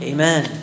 Amen